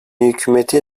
hükümeti